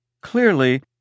clearly